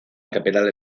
capital